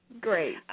Great